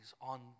on